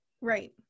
Right